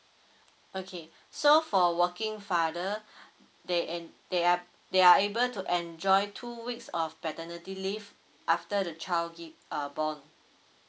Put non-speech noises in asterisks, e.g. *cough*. okay *breath* so for working father *breath* they en~ they are they are able to enjoy two weeks of paternity leave after the child give uh born